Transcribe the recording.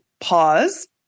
pause